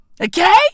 Okay